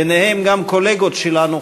ביניהם גם קולגות שלנו,